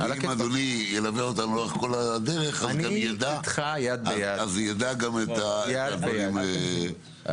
ואם אדוני ילווה אותנו לאורך כל הדרך אז הוא ידע גם את הדברים הללו.